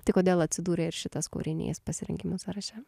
tai kodėl atsidūrė ir šitas kūrinys pasirinkimų sąraše